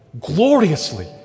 gloriously